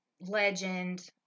legend